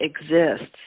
exists